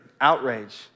outrage